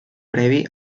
previ